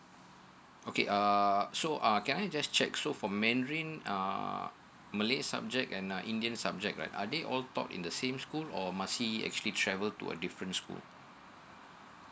okay uh so uh can I just check so for mandarin uh malay subject and a indian subject like are they all talk in the same school or must he actually travel to a different school